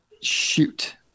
Shoot